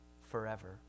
Forever